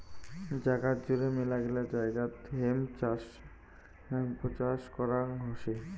জাগাত জুড়ে মেলাগিলা জায়গাত হেম্প চাষ করং হসে